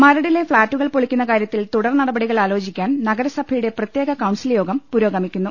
മരടിലെ ഫ്ളാറ്റുകൾ പൊളിക്കുന്ന കാര്യത്തിൽ തുടർ നടപടികൾ ആലോചിക്കാൻ നഗരസഭയുടെ പ്രത്യേക കൌൺസിൽ യോഗം പുരോഗമിക്കുന്നു